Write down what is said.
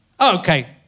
Okay